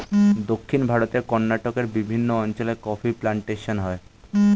দক্ষিণ ভারতে কর্ণাটকের বিভিন্ন অঞ্চলে কফি প্লান্টেশন হয়